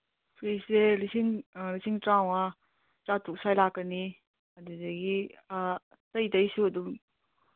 ꯐ꯭ꯔꯤꯖꯁꯦ ꯂꯤꯁꯤꯡ ꯂꯤꯁꯤꯡ ꯇ꯭ꯔꯥꯉꯥ ꯇ꯭ꯔꯥꯇꯨꯛ ꯁ꯭ꯋꯥꯏ ꯂꯥꯛꯀꯅꯤ ꯑꯗꯨꯗꯒꯤ ꯑꯇꯩ ꯑꯇꯩꯁꯨ ꯑꯗꯨꯝ